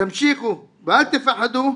תמשיכו ואל תפחדו,